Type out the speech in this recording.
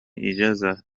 إجازة